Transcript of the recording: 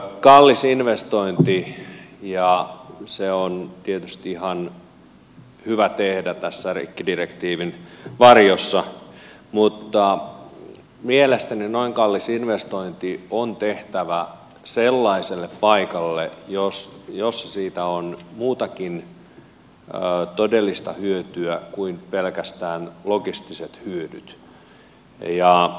kallis investointi ja se on tietysti ihan hyvä tehdä tässä rikkidirektiivin varjossa mutta mielestäni noin kallis investointi on tehtävä sellaiselle paikalle jossa siitä on muutakin todellista hyötyä kuin pelkästään logistiset hyödyt